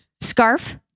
Scarf